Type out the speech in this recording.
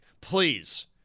Please